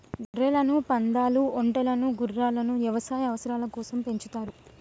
గొర్రెలను, పందాలు, ఒంటెలను గుర్రాలను యవసాయ అవసరాల కోసం పెంచుతారు